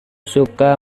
suka